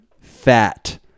Fat